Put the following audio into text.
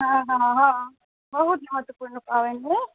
हँ हँ हँ बहुत महत्वपूर्ण पाबनि हइ